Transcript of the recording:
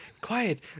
Quiet